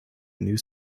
news